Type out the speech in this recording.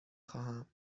خواهم